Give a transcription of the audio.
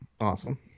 Awesome